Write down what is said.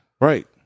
Right